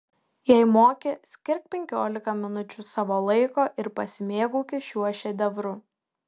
jei moki skirk penkiolika minučių savo laiko ir pasimėgauki šiuo šedevru